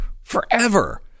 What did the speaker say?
Forever